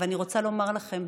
ואני רוצה לומר לכם,